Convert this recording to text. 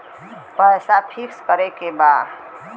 पैसा पिक्स करके बा?